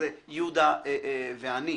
זה יהודה ואני.